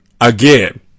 Again